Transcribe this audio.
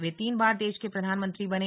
वे तीन बार देश के प्रधानमंत्री बने